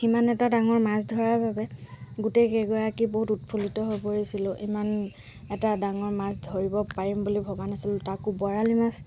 সিমান এটা ডাঙৰ মাছ ধৰাৰ বাবে গোটেইকেইগৰাকী বহুত উৎফুল্লিত হৈ পৰিছিলোঁ ইমান এটা ডাঙৰ মাছ ধৰিব পাৰিম বুলি ভবা নাছিলোঁ তাকো বৰালি মাছ